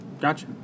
Gotcha